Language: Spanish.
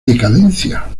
decadencia